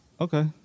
Okay